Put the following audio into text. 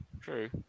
true